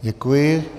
Děkuji.